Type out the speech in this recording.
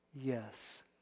yes